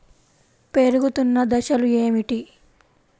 పెరుగుతున్న దశలు ఏమిటి?